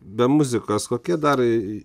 be muzikos kokie dar